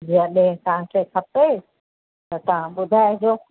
जॾहिं तव्हांखे खपे त तव्हां ॿुधाइजो